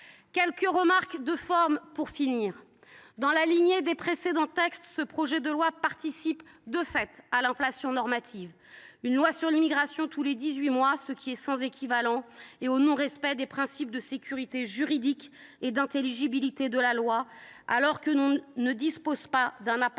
quelques remarques de forme. Dans la lignée des précédents textes, ce projet de loi participe de fait à l’inflation normative – une loi sur l’immigration tous les dix huit mois, c’est sans équivalent !– et au non respect des principes de sécurité juridique et d’intelligibilité de la loi, alors que l’on ne dispose ni d’un appareil